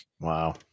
wow